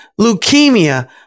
leukemia